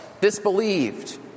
disbelieved